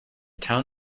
town